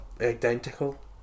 identical